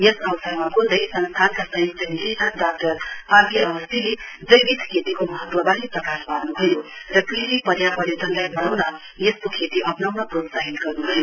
यस अवसरमा बोल्दै संस्थानका सयुंक्त निदेशक डाक्टर आर के अवस्थीले जैविक खेतीको महत्ववारे प्रकाश पार्नुभयो र कृषि पर्यापर्यटालाई बढ़ाउन यस्तो खेती अप्नाउन प्रोत्साहित गर्नुभयो